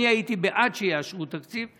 אני הייתי בעד שיאשרו תקציב.